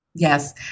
Yes